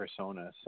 personas